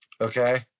Okay